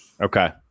Okay